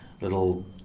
Little